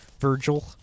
Virgil